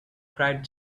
cried